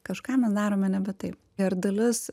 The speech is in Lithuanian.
kažką mes darome nebe taip ir dalis